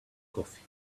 coffee